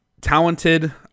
talented